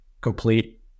complete